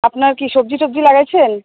আপনার কি সবজি টবজি লাগাইছেন